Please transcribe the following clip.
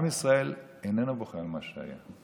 עם ישראל איננו בוכה על מה שהיה.